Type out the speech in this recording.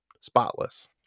spotless